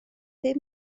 bum